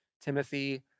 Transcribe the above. Timothy